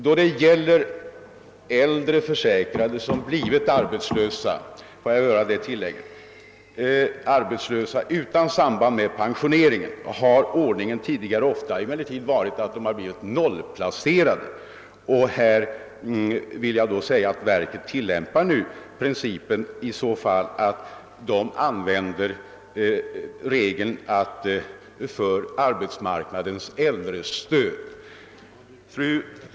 Då det gäller äldre försäkrade som blivit arbetslösa utan samband med pensionering har ordningen emellertid tidigare ofta varit den, att de blivit nollplacerade. Verket tillämpar i sådana fall numera en regel som innebär att klassplaceringen anpassas efter nivån för arbetsmarknadens äldrestöd.